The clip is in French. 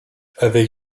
avec